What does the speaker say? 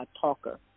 talker